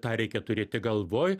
tą reikia turėti galvoj